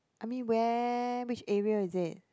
I mean where which area is it